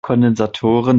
kondensatoren